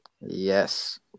Yes